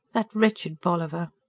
that wretched bolliver.